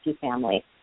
family